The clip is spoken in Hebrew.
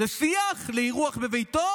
לשיח, לאירוח בביתו?